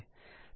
सही है